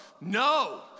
no